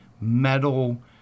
metal